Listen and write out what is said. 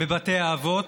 בבתי האבות,